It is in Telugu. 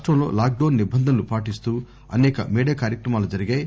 రాష్టంలో లాక్ డౌన్ నిబంధనలు పాటిస్తూ అసేక మేడే కార్యక్రమాలు జరిగాయి